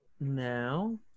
Now